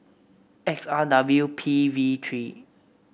X R W P B three